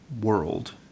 world